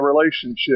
relationship